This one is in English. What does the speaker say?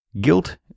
guilt